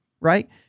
right